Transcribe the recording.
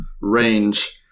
range